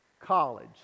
college